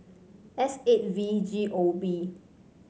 S eight V G O B